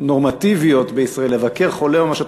נורמטיביות בישראל לבקר חולה או משהו,